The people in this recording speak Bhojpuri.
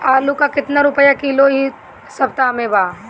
आलू का कितना रुपया किलो इह सपतह में बा?